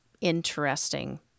interesting